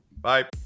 bye